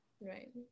right